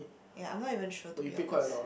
ya I'm not even sure to be honest